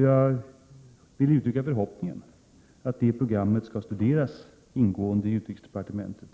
Låt mig uttrycka förhoppningen att det programmet skall studeras ingående i utrikesdepartementet